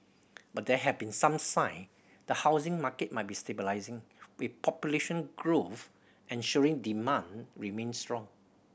but there have been some sign the housing market might be stabilising with population growth ensuring demand remains strong